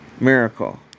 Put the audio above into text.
miracle